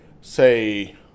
say